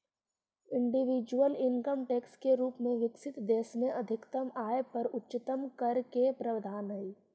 individual income tax के रूप में विकसित देश में अधिकतम आय पर उच्चतम कर के प्रावधान हई